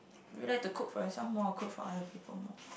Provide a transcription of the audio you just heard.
do you like to cook for yourself more or cook for other people more